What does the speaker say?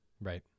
Right